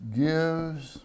gives